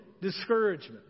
discouragement